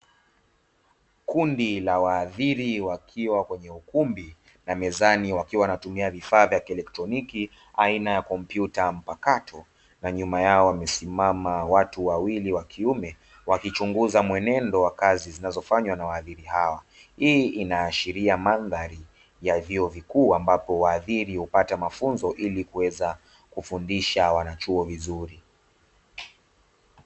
Kundi la waadhiri wakiwa kwenye ukumbi na mezani wakiwa wanatumia vifaa vya kieletriloniki aina ya kompyuta mpakato, na nyuma yao wamesimama watu wawili wakiume wakichunguza mwenendo wa kazi zinazofanywa na waaziri hawa, hii inaashiria mandhari ya vyoo vikuu ambapo waaziri hupata mafunzo ili kuweza kufundisha wanachuo vizuri.